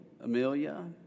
Amelia